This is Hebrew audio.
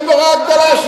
הגיבורה הגדולה,